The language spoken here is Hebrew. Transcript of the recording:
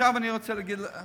עכשיו אני אגיד לכם